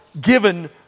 given